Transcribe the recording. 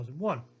2001